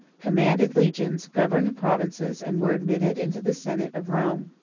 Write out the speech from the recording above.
commanded legions, governed provinces, and were admitted into the senate of rome.